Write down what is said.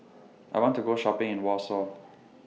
I want to Go Shopping in Warsaw